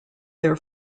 their